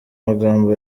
magambo